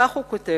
וכך הוא כותב: